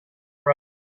road